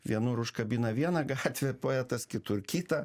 vienur užkabina vieną gatvę poetas kitur kitą